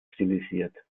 stilisiert